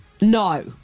No